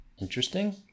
Interesting